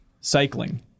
Cycling